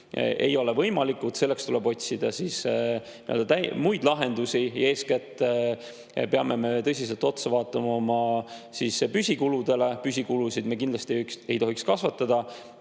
ei ole võimalikud. Tuleb otsida muid lahendusi ja eeskätt peame tõsiselt otsa vaatama oma püsikuludele. Püsikulusid me kindlasti ei tohiks kasvatada,